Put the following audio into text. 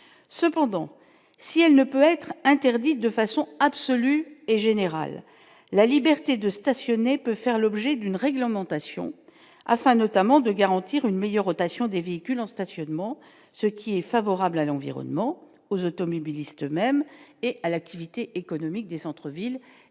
cependant, si elle ne peut être interdite de façon absolue et générale, la liberté de stationner peut faire l'objet d'une réglementation afin notamment de garantir une meilleure rotation des véhicules en stationnement, ce qui est favorable à l'environnement aux automobilistes eux-mêmes et à l'activité économique des centres villes